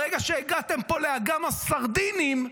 ברגע שהגעתם פה לאגם הסרדינים,